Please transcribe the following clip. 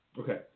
okay